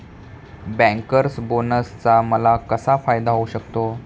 Bankers बोनसचा मला कसा फायदा होऊ शकतो?